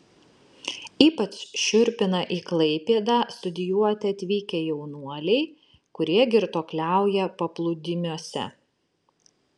ypač šiurpina į klaipėdą studijuoti atvykę jaunuoliai kurie girtuokliauja paplūdimiuose